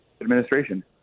administration